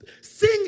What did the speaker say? sing